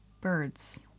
birds